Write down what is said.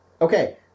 Okay